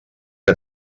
que